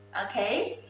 okay,